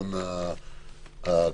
בדיון הקודם.